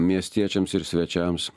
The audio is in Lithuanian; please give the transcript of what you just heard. miestiečiams ir svečiams